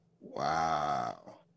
Wow